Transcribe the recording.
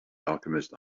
alchemist